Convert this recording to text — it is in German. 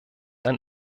ein